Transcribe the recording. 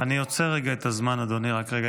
אני עוצר רגע את הזמן, אדוני, רק רגע.